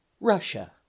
Russia